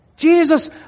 Jesus